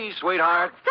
sweetheart